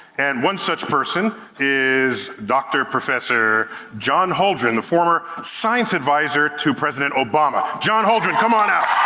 and one such person is dr. professor john holdren, the former science advisor to president obama. john holdren come on out.